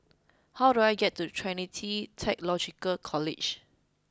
how do I get to Trinity Theological College